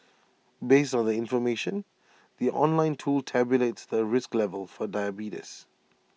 based on the information the online tool tabulates the risk level for diabetes